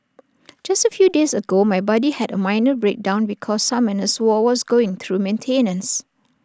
just A few days ago my buddy had A minor breakdown because Summoners war was going through maintenance